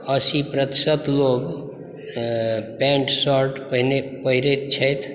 अस्सी प्रतिशत लोग पैन्ट शर्ट पहिरैत छथि